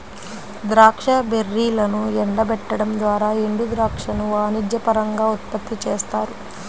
ద్రాక్ష బెర్రీలను ఎండబెట్టడం ద్వారా ఎండుద్రాక్షను వాణిజ్యపరంగా ఉత్పత్తి చేస్తారు